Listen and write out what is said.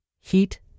heat